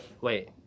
Wait